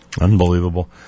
Unbelievable